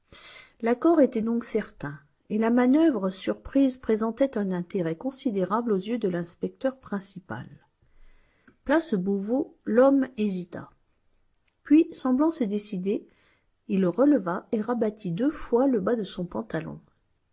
l'accord était donc certain et la manœuvre surprise présentait un intérêt considérable aux yeux de l'inspecteur principal place beauvau l'homme hésita puis semblant se décider il releva et rabattit deux fois le bas de son pantalon